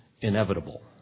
inevitable